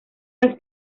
las